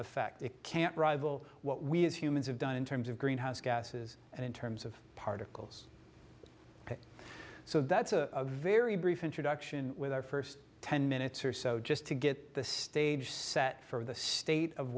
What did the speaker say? effect it can't rival what we as humans have done in terms of greenhouse gases and in terms of particles so that's a very brief introduction with our first ten minutes or so just to get the stage set for the state of